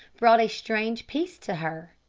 brought a strange peace to her.